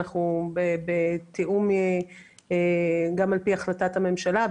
גם על פי החלטת הממשלה,